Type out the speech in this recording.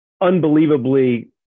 unbelievably